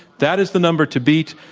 that is the number to beat.